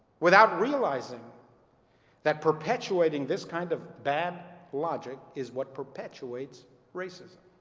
without realizing that perpetuating this kind of bad logic is what perpetuates racism.